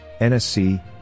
NSC